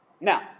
Now